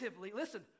listen